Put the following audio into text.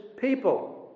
people